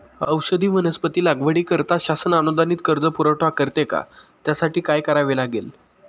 औषधी वनस्पती लागवडीकरिता शासन अनुदानित कर्ज पुरवठा करते का? त्यासाठी काय करावे लागेल?